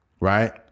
Right